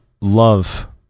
love